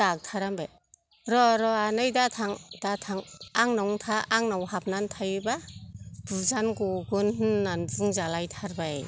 डाक्टारा होनबाय र' र' आनै दाथां दाथां आंनावनो था आंनाव हाबनानै थायोबा बुजानो गगोन होन्नानै बुंजालायथारबाय